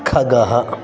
खगः